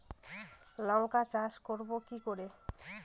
লঙ্কা চাষ করব কি করে?